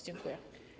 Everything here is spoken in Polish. Dziękuję.